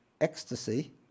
ecstasy